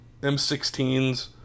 M16s